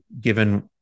given